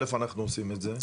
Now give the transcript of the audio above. א', אנחנו עושים את זה.